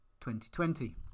2020